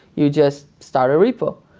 you just start a repo.